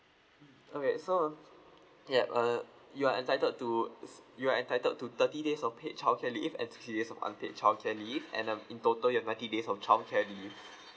mm okay so yup uh you are entitled to s~ you are entitled to thirty days of paid childcare leave and thirty days of unpaid childcare leave and um in total you have ninety days of childcare leave